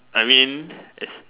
I mean it's